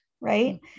right